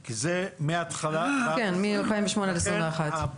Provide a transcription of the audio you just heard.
כי זה מהתחלה שזה 2008 ועד 2021,